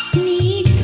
the